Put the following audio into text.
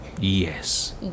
Yes